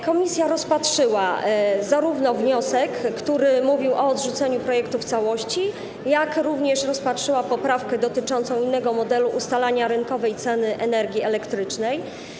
Komisja rozpatrzyła zarówno wniosek, który mówił o odrzuceniu projektu w całości, jak i poprawkę dotyczącą innego modelu ustalania rynkowej ceny energii elektrycznej.